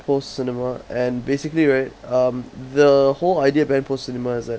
post cinema and basically right um the whole idea behind post cinema is that